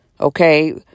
okay